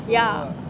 yeah